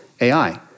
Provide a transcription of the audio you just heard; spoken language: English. AI